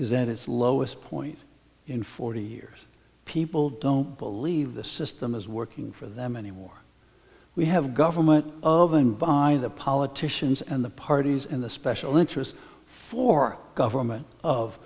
is at its lowest point in forty years people don't believe the system is working for them anymore we have government of and by the politicians and the parties in the special interest for government of